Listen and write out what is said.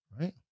right